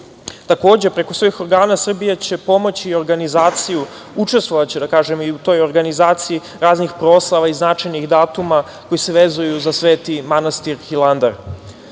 građe. Takođe, preko svojih organa Srbija će pomoći i organizaciju, učestvovaće da kažem i u toj organizaciji raznih proslava i značajnih datuma koji se vezuju za Sveti manastir Hilandar. Radiće